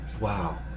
wow